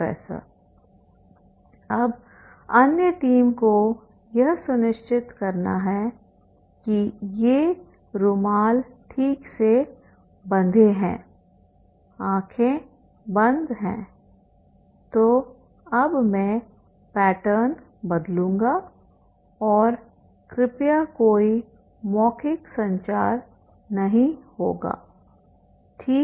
professor अब अन्य team को यह सुनिश्चित करना है कि ये रुमाल ठीक से बंधे हैं आँखें बंद हैं तो अब मैं पैटर्न बदलूंगा और कृपया कोई मौखिक संचार नहीं होगाठीक है